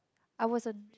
I was a